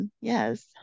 yes